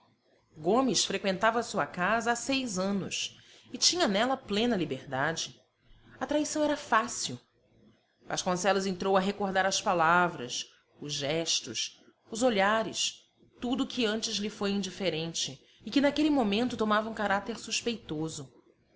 gomes freqüentava a sua casa há seis anos e tinha nela plena liberdade a traição era fácil vasconcelos entrou a recordar as palavras os gestos os olhares tudo que antes lhe foi indiferente e que naquele momento tomava um caráter suspeitoso